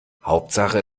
hauptsache